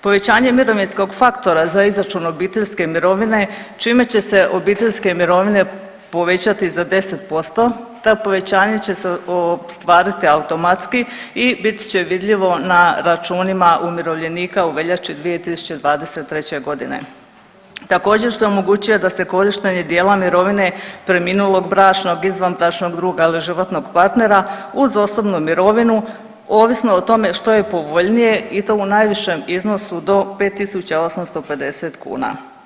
Povećanje mirovinskog faktora za izračun obiteljske mirovine, čime će se obiteljske mirovine povećati za 10%, ta povećanje će se ostvariti automatski i bit će vidljivo na računima umirovljenika u veljači 2023. g. Također se omogućuje da se korištenje dijela mirovine preminulog bračnog, izvanbračnog druga ili životnog partnera uz osobnu mirovinu ovisno o tome što je povoljnije i to u najvišem iznosu do 5850 kn.